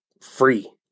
free